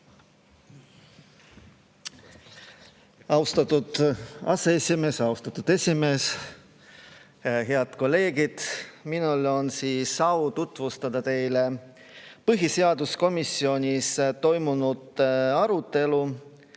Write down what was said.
Austatud aseesimees! Austatud esimees! Head kolleegid! Minul on au tutvustada teile põhiseaduskomisjonis toimunud arutelu